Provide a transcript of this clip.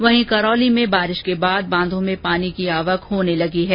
वहीं करौली में बारिश के बाद बांधों में पानी की आवक होने लगी है